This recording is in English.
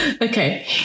Okay